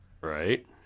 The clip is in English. Right